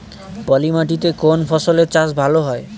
পলি মাটিতে কোন ফসলের চাষ ভালো হয়?